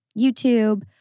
YouTube